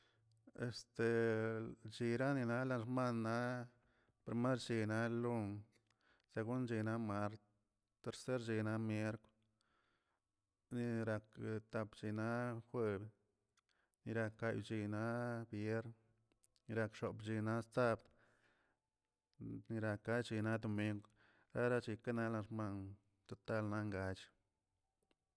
Este chiranila laxmanna' xmashena lon, segunchena mart, terserchena mierkw, nerak tap chena jueb, nerakaichina viern, nerak xopchina sabd, nerakachina domingw, narachikena la xman total lan gall.